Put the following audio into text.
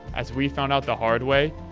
as we found out the hard way,